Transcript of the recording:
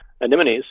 anemones